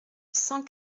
cent